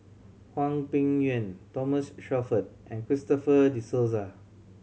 Hwang Peng Yuan Thomas Shelford and Christopher De Souza